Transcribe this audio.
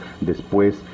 después